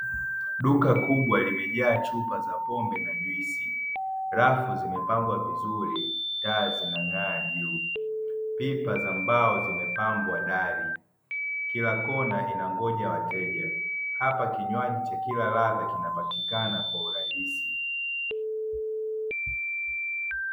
Duka kubwa limejaa chupa za pombe na juisi, rafu zimepambwa vizuri, taa zinang'aa juu, pipa za mbao zimepambwa dari, kila kona inangoja wateja hapa kinywaji cha kila ladha kinapatikana kwa urahisi.